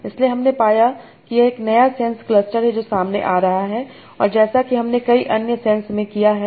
इसलिए हमने पाया कि यह एक नया सेंस क्लस्टर है जो सामने आ रहा है और जैसा कि हमने कई अन्य सेंस में किया है